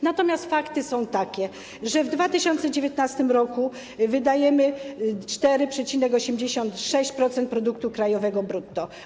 Natomiast fakty są takie, że w 2019 r. wydajemy 4,86% produktu krajowego brutto.